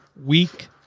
week